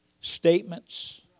statements